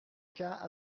cas